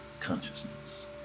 consciousness